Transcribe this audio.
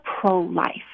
pro-life